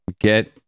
get